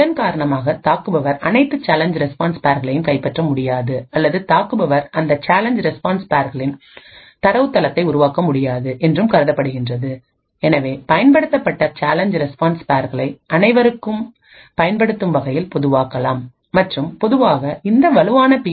இதன் காரணமாக தாக்குபவர் அனைத்து சேலஞ்ச் ரெஸ்பான்ஸ் பேர்ஸ்களையும் கைப்பற்ற முடியாது அல்லது தாக்குபவர் இந்த சேலஞ்ச் ரெஸ்பான்ஸ் பேர்ஸ்களின் தரவுத்தளத்தை உருவாக்க முடியாது என்றும் கருதப்படுகிறது எனவே பயன்படுத்தப்பட்ட சேலஞ்ச் ரெஸ்பான்ஸ் பேர்ஸ்களை அனைவருக்கும் பயன்படுத்தும் வகையில் பொதுவாக்கலாம் மற்றும் பொதுவாக இந்த வலுவான பி